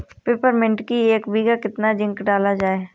Peppermint की एक बीघा कितना जिंक डाला जाए?